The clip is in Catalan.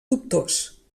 dubtós